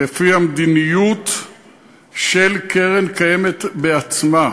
לפי המדיניות של קרן קיימת עצמה.